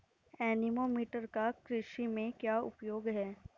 Anemometer का कृषि में क्या उपयोग है?